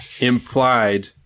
Implied